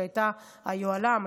שהייתה היוהל"ם,